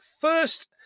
first